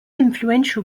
influential